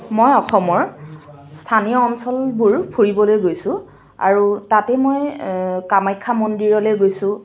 মই অসমৰ স্থানীয় অঞ্চলবোৰ ফুৰিবলৈ গৈছোঁ আৰু তাতে মই কামাখ্যা মন্দিৰলে গৈছোঁ